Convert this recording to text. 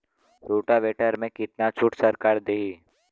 Rotavator में कितना छूट सरकार देही?